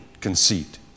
conceit